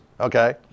okay